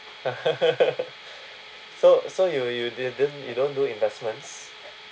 so so you you didn't you don't do investments